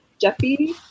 Jeffy